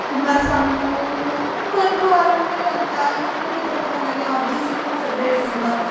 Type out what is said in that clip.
କୁମାର ସାନୁଙ୍କଠୁ ଆରମ୍ଭ କରି ଅଲକା ଏମାନଙ୍କ ଗୀତ ମୋତେ ଭଲଲାଗେ ଅରିଜିତ ସିଂ ମୋର ଫେବରାଇଟ୍ ସିଙ୍ଗର